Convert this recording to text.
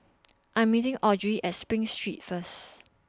I Am meeting Audrey At SPRING Street First